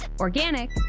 organic